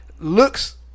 looks